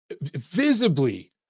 visibly